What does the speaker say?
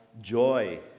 joy